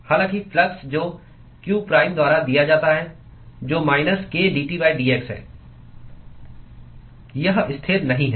हालांकि फ्लक्स जो q prime द्वारा दिया जाता है जो माइनस k dT dx है यह स्थिर नहीं है